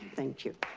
thank you.